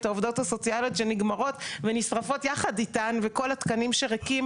את העובדות הסוציאליות שנגמרות ונשרפות יחד איתם וכל התקנים שריקים